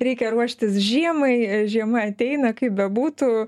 reikia ruoštis žiemai žiema ateina kaip bebūtų